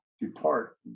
depart